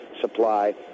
supply